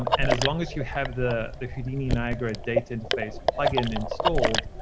um and as long as you have the the houdini niagara data interface plugin installed,